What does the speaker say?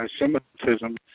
anti-Semitism